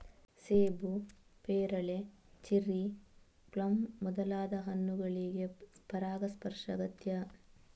ಸೇಬು, ಪೇರಳೆ, cherry, plum ಮೊದಲಾದ ಹಣ್ಣುಗಳಿಗೆ ಪರಾಗಸ್ಪರ್ಶ ಅಗತ್ಯ